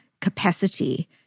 capacity